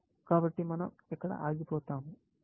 కాబట్టి మన০ ఇక్కడ ఆగిపోతాము